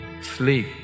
sleep